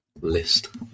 list